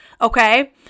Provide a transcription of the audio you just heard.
okay